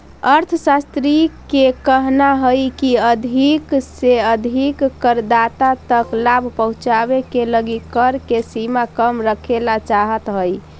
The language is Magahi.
अर्थशास्त्रि के कहना हई की अधिक से अधिक करदाता तक लाभ पहुंचावे के लगी कर के सीमा कम रखेला चाहत हई